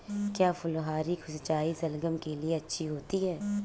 क्या फुहारी सिंचाई शलगम के लिए अच्छी होती है?